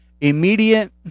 immediate